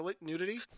nudity